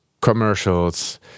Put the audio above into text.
commercials